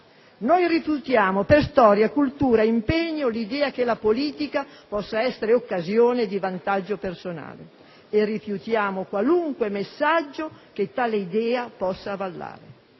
Noi rifiutiamo, per storia, cultura e impegno, l'idea che la politica possa essere occasione di vantaggio personale e rifiutiamo qualunque messaggio che tale idea possa avallare.